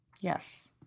Yes